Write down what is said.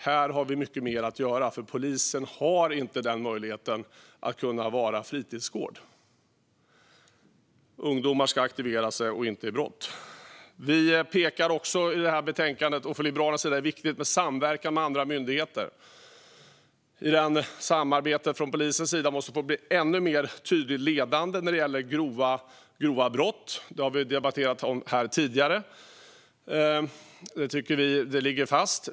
Här har vi mycket mer att göra, för polisen har inte möjlighet att vara fritidsgård. Ungdomar ska aktivera sig, och inte i brott. Från Liberalernas sida pekar vi i detta betänkande också på att det är viktigt med samverkan med andra myndigheter. Polisen måste få bli ännu mer tydligt ledande i samarbetet när det gäller grova brott. Detta har vi debatterat om här tidigare, och det ligger fast.